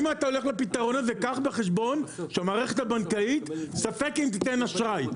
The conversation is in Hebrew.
אם אתה הולך לפתרון הזה קח בחשבון שהמערכת הבנקאית ספק אם תיתן אשראי,